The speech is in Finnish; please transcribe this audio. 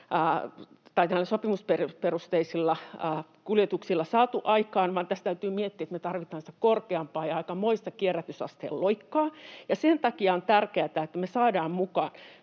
sopimusperusteisilla kuljetuksilla, vaan tässä täytyy miettiä, että me tarvitaan korkeampaa ja aikamoista kierrätysasteloikkaa. Sen takia on tärkeätä, että me saadaan mukaan